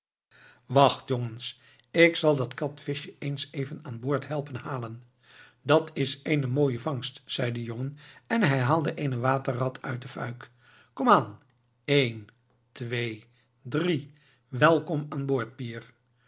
wacht jongens ik zal dat katvischje eens even aanboord helpen halen dat is eene mooie vangst zei de jongen en hij haalde eene waterrat uit de fuik kom aan een-twee-drie welkom aanboord pier